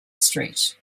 street